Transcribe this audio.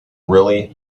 really